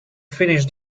finish